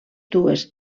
dues